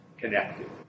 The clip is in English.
connected